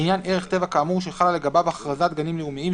לעניין ערך טבע כאמור שחלה לגביו אכרזת גנים לאומיים,